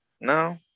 No